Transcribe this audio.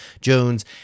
jones